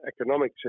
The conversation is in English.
economic